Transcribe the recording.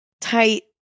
tight